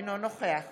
אינו נוכח